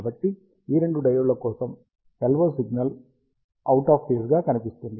కాబట్టి ఈ రెండు డయోడ్ల కోసం LO signal out of phase గా కనిపిస్తుంది